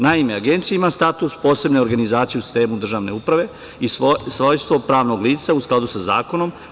Naime, Agencija ima status posebne organizacije u sistemu državne uprave i svojstvo pravnog lica u skladu sa zakonom.